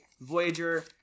voyager